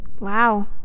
Wow